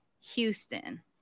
Houston